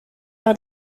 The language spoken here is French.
par